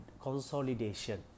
consolidation